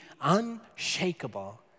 unshakable